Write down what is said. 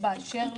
באשר